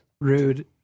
rude